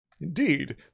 Indeed